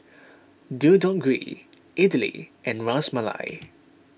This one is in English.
Deodeok Gui Idili and Ras Malai